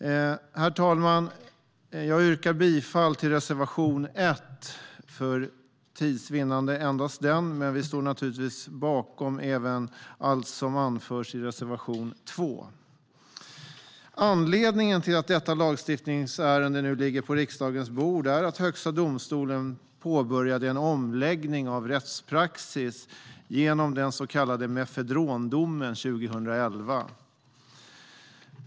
Herr talman! Jag yrkar för tids vinnande bifall endast till reservation 1, men vi står naturligtvis även bakom allt som anförs i reservation 2. Anledningen till att detta lagstiftningsärende nu ligger på riksdagens bord är att Högsta domstolen påbörjade en omläggning av rättspraxis genom den så kallade mefedrondomen 2011.